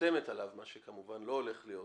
חותמת עליו, מה שכמובן לא הולך להיות,